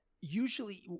usually